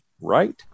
right